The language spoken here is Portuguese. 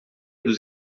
dos